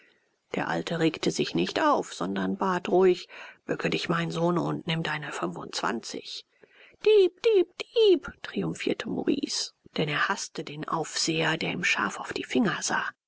der alte regte sich nicht auf sondern bat ruhig bücke dich mein sohn und nimm deine fünfundzwanzig dieb dieb dieb triumphierte maurice denn er haßte den aufseher der ihm scharf auf die finger sah